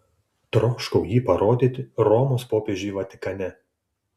troškau jį parodyti romos popiežiui vatikane